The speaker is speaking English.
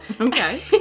Okay